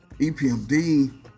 EPMD